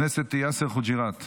חבר הכנסת יאסר חוג'יראת,